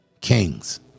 Kings